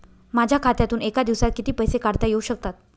माझ्या खात्यातून एका दिवसात किती पैसे काढता येऊ शकतात?